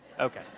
Okay